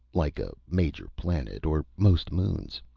like a major planet or most moons.